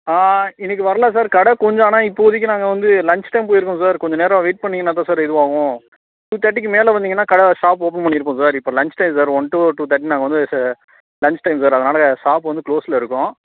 இன்றைக்கி வரல சார் கடை கொஞ்சம் ஆனால் இப்போதிக்கு நாங்கள் வந்து லன்ச் டைம் போயிருக்கோம் சார் கொஞ்சம் நேரம் வெயிட் பண்ணிங்கன்னால் தான் சார் இதுவாவும் டூ தேட்டிக்கு மேலே வந்தீங்கன்னா கடை ஷாப் ஓப்பன் பண்ணியிருப்போம் சார் இப்போ lunch time sir one two two தேட்டி நாங்கள் வந்து ச லன்ச் டைம் சார் அதனால் ஷாப்ஸ் வந்து க்ளோஸில் இருக்கும்